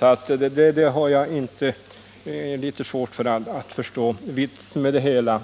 Jag har alltså litet svårt att förstå vitsen med det hela.